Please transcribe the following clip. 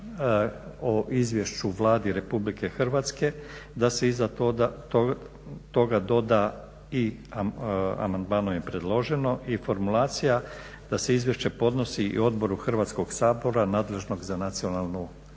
o Izvješću Vladi RH da se iza toga doda i amandmanom je predloženo i formulacija da se izvješće podnosi i Odboru Hrvatskog sabora nadležnog za nacionalnu